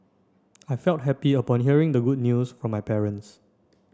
I felt happy upon hearing the good news from my parents